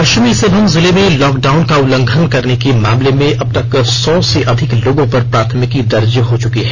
पश्चिमी सिंहभूम जिले में लॉकडाउन का उल्लंघन करने के मामले में अब तक सौ से अधिक लोगों पर प्राथमिकी दर्ज हो चुकी है